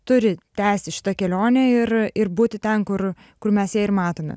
turi tęsti šitą kelionę ir ir būti ten kur kur mes ją ir matome